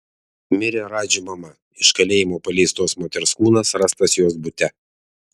mirė radži mama iš kalėjimo paleistos moters kūnas rastas jos bute